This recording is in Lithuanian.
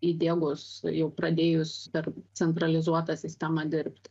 įdiegus jau pradėjus per centralizuotą sistemą dirbti